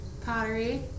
pottery